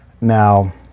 Now